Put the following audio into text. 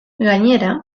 gainera